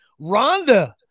Rhonda